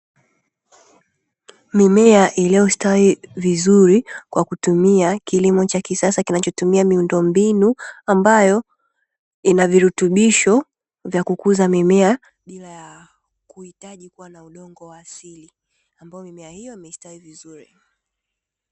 Mimea iliyostawi vizuri kwa kutumia kilimo cha kisasa kinachotumia miundombinu, ambayo ina virutubisho vya kukuza mimea bila ya kuhitaji kuwa na udongo wa asili, ambayo mimea hiyo imestawi vizuri.